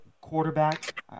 quarterback